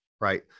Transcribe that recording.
right